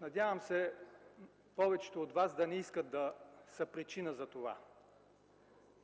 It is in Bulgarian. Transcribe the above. Надявам се повечето от вас да не искат да са причина за това.